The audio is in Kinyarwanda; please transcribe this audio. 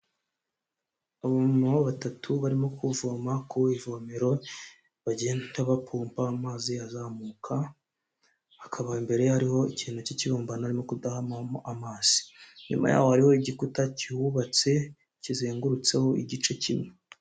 Abamama batatu barimo kuvoma ku ivomero bagenda bapompa amazi azamuka hakaba mbere ye hariho ikintu k'ikibumbano arimo kudahamo amazi, inyuma yaho hariho igikuta kihubatse kizengurutseho igice kimwe.